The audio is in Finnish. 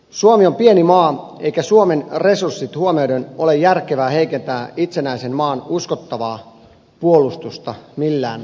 suomi on pieni maa eikä suomen resurssit huomioiden ole järkevää heikentää itsenäisen maan uskottavaa puolustusta millään tavoin